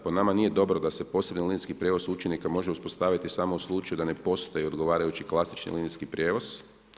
Po nama nije dobro da se posebni linijski prijevoz učenika može uspostaviti samo u slučaju da ne postoji odgovarajući klasični linijski prijevoz.